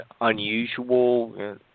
unusual